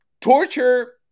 torture